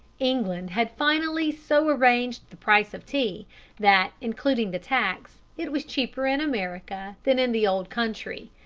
england had finally so arranged the price of tea that, including the tax, it was cheaper in america than in the old country.